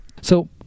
So-